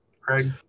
Craig